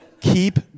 Keep